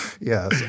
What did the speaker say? Yes